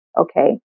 okay